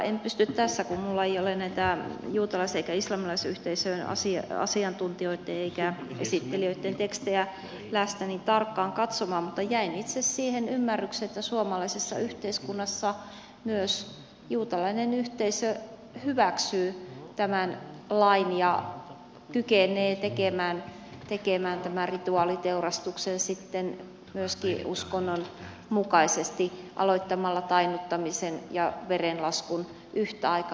en pysty tässä kun minulla ei ole näitä juutalais eikä islamilaisyhteisöjen asiantuntijoitten eikä esittelijöitten tekstejä läsnä tarkkaan katsomaan mutta jäin itse siihen ymmärrykseen että suomalaisessa yhteiskunnassa myös juutalainen yhteisö hyväksyy tämän lain ja kykenee tekemään tämän rituaaliteurastuksen sitten myöskin uskonnon mukaisesti aloittamalla tainnuttamisen ja verenlaskun yhtä aikaa